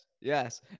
yes